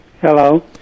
Hello